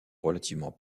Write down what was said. relativement